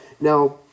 now